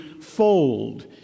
fold